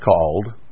called